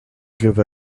give